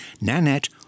Nanette